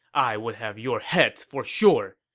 i would have your heads for sure!